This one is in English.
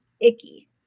icky